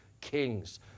kings